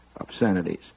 obscenities